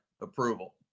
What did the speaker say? approval